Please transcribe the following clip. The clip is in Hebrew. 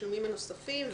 התשלומים הנוספים,